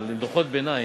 אבל עם דוחות ביניים.